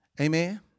Amen